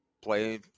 play